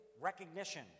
recognition